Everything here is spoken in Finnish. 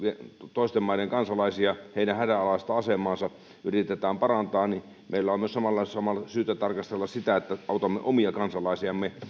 toisten maiden kansalaisia ja heidän hädänalaista asemaansa yritetään parantaa niin sen kokonaisuuden hallitsemiseksi meidän on myös samalla samalla syytä tarkastella sitä että autamme omia kansalaisiamme